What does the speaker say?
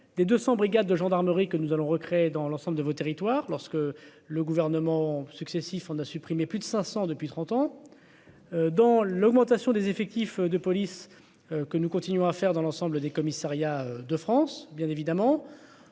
des 200 brigades de gendarmerie que nous allons recréer dans l'ensemble de vos territoires lorsque le gouvernement successifs, on a supprimé plus de 500 depuis 30 ans dans l'augmentation des effectifs de police que nous continuons à faire dans l'ensemble des commissariats de France bien évidemment